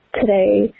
today